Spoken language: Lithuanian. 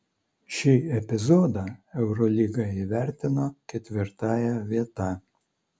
šį epizodą eurolyga įvertino ketvirtąja vieta